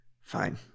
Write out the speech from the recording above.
fine